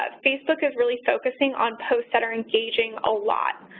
ah facebook is really focusing on posts that are engaging a lot,